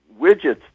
widgets